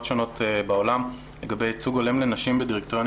שונות בעולם לגבי ייצוג הולם לנשים בדירקטוריונים